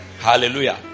Hallelujah